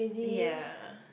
ya